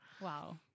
Wow